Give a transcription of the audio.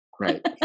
Right